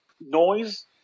noise